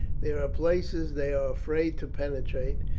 there are places they are afraid to penetrate,